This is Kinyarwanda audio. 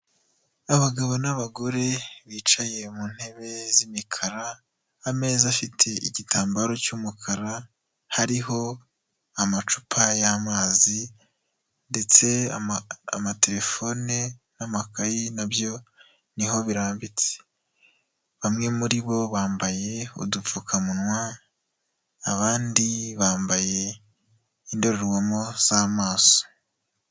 Abagabo n'abagore bicaye mu ntebe z'imikara, ameza afite igitambaro cy'umukara, hariho amacupa y'amazi ndetse amatelefone n'amakayi nabyo niho birambitse. Bamwe muri bo, bambaye udupfukamunwa, abandi bambaye indorerwamo z'amaso.